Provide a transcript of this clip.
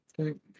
Okay